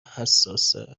حساسه